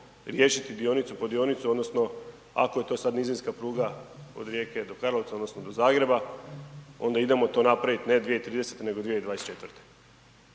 riješiti dionicu po dionicu odnosno ako je to sad nizinska pruga od Rijeke do Karlovca odnosno do Zagreba, onda idemo to napraviti ne 2030. nego 2024.